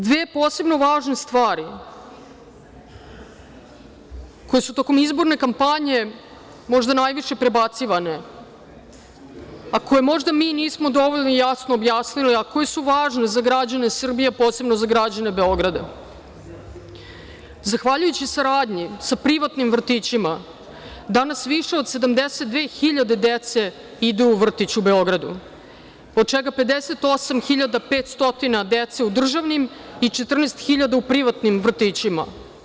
Dve posebno važne stvari koje su tokom izborne kampanje, možda najviše prebacivane, a koje možda mi nismo dovoljno ni jasno objasnili, a koje su važne za građane Srbije, a posebno za građane Beograda, zahvaljujući saradnji sa privatnim vrtićima, danas više od 72 hiljade dece idu u vrtić u Beogradu, od čega 58.500 dece u državnim i 14 hiljada u privatnim vrtićima.